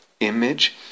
image